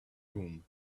room